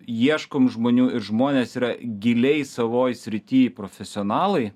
ieškom žmonių ir žmonės yra giliai savoj srity profesionalai